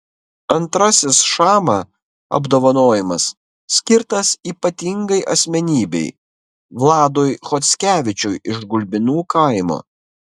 antrasis šama apdovanojimas skirtas ypatingai asmenybei vladui chockevičiui iš gulbinų kaimo